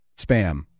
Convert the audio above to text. spam